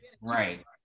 right